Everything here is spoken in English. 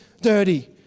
dirty